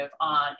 on